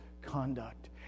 conduct